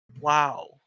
Wow